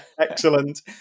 Excellent